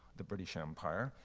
the british empire,